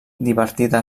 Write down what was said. divertida